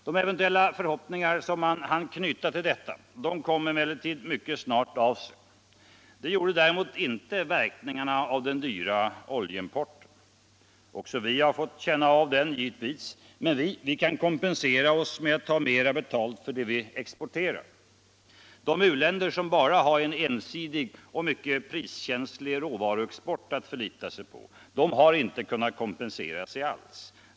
De eventuella förhoppningar man hann knyta till detta kom emellertid mycket snart av sig. Det gjorde däremot inte verkningarna av den dyra oljeimporten. Också vi har fått känna av den, givetvis, men vi kan kompensera oss med att ta mera betalt för det vi exporterar. De u-länder som bara har en ensidig och mycket priskänslig råvaruexport att förlita sig på har inte kunnat kompensera sig alls.